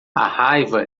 raiva